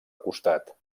costat